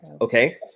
Okay